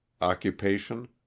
Occupation